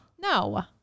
No